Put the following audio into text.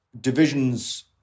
divisions